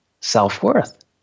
self-worth